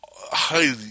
Highly